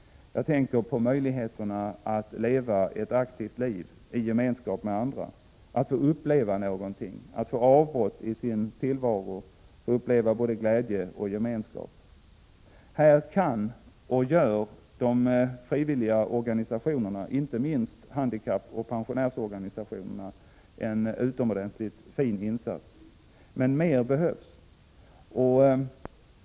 Jag tänker på möjligheterna att leva ett aktivt liv i gemenskap med andra, att få uppleva någonting, att få avbrott i sin tillvaro, att få uppleva både glädje och gemenskap. Här kan och gör de frivilliga organisationerna, inte minst handikappoch pensionärsorganisationerna, en utomordentligt fin insats. Men mer behövs.